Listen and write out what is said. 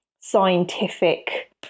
scientific